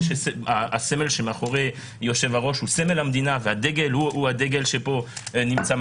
הסמל שמאחורי כיסא היושב-ראש הוא סמל המדינה והדגל הוא דגל ישראל,